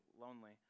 lonely